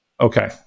Okay